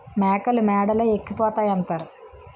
మేకలు మేడలే ఎక్కిపోతాయంతారు